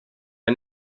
als